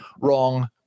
wrong